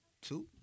Two